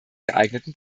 geeigneten